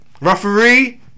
Referee